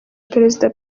perezida